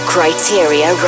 Criteria